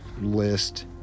list